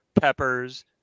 peppers